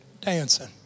dancing